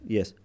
Yes